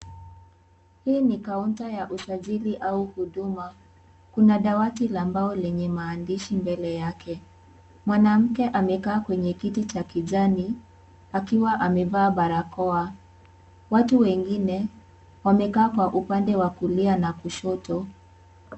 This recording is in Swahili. Hii ni kaunta ya usajili au huduma. Kuna dawati la mbao lenye maandishi mbele yake. Mwanamke amekaa kwenye kiti cha kijani, akiwa amevaa barakoa. Watu wengine, wamekaa kwa upande wa kulia na kushoto.